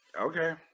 Okay